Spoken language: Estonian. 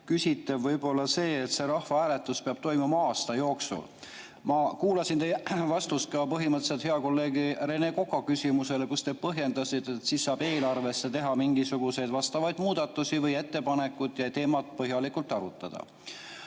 küsitav see, et rahvahääletus peab toimuma aasta jooksul. Ma kuulasin teie vastust ka hea kolleegi Rene Koka küsimusele, kus te põhjendasite, et siis saab eelarvesse teha mingisuguseid vastavaid muudatusi või ettepanekuid ja teemat põhjalikult arutada.